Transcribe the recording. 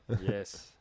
Yes